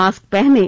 mask पहनें